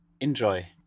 Enjoy